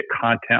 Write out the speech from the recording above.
content